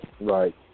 right